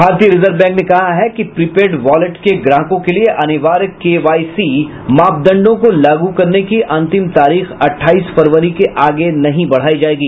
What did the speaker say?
भारतीय reserve bank ने कहा है कि प्रीपेड वॉलेट के ग्राहकों के लिए अनिवार्य केवाईसी मापदंडों को लागू करने की अंतिम तारीख अठाईस फरवरी के आगे नहीं बढ़ाई जाएगी